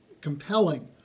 compelling